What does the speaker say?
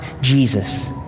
Jesus